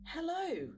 Hello